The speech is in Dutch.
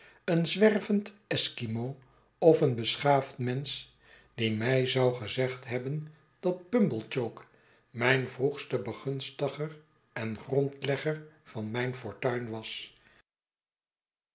een zwervend eskimo of een beschaafd mensch die mij zou gezegd hebben dat pumblechook mijn vroegste begunstiger en de grondlegger van mijn fortuin was